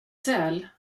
säl